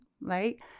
right